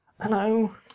Hello